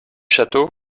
château